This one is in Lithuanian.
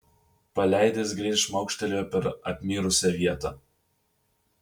paleidęs greit šmaukštelėjo per apmirusią vietą